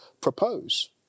propose